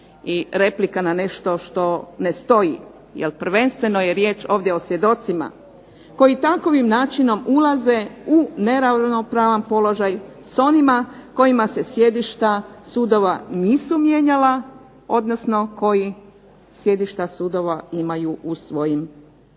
i replika na nešto što ne stoji jer prvenstveno je riječ ovdje o svjedocima koji takvim načinom ulaze u neravnopravan položaj s onima kojima se sjedišta sudova nisu mijenjala, odnosno koji sjedišta sudova imaju u svojim gradovima